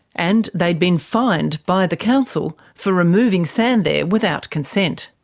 and they had been fined by the council for removing sand there without consent.